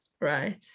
Right